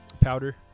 powder